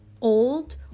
Old